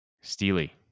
Steely